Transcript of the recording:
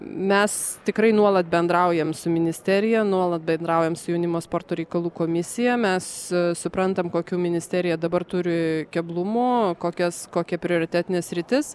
mes tikrai nuolat bendraujam su ministerija nuolat bendraujam su jaunimo sporto reikalų komisija mes suprantam kokių ministerija dabar turi keblumų kokias kokia prioritetinė sritis